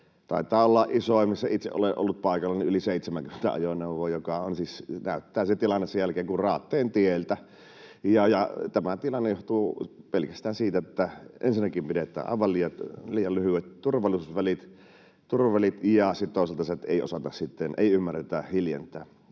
Taitaa olla isoimmissa ollut — itse olen ollut paikalla — yli 70 ajoneuvoa, ja tilanne näyttää sen jälkeen kuin Raatteentieltä. Tämä tilanne johtuu pelkästään ensinnäkin siitä, että pidetään aivan liian lyhyet turvavälit, ja sitten toisaalta siitä, että ei ymmärretä hiljentää.